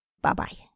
Bye-bye